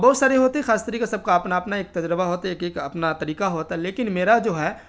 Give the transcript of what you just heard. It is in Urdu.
بہت سارے ہوتے ہیں خاص طریقے سب کا اپنا اپنا ایک تجربہ ہوتے ہے ایک ایک اپنا طریقہ ہوتا ہے لیکن میرا جو ہے